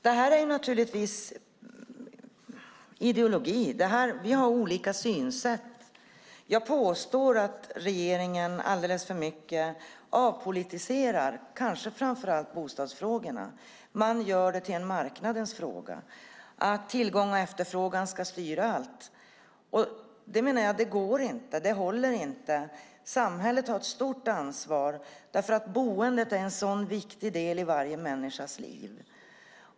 Det här är naturligtvis en fråga om ideologi. Vi har olika synsätt. Jag påstår att regeringen alldeles för mycket avpolitiserar kanske framför allt bostadsfrågorna och gör dem till en marknadens fråga. Tillgång och efterfrågan ska styra allt. Det går inte, menar jag. Det håller inte. Samhället har ett stort ansvar, för boendet är en så viktig del i varje människas liv.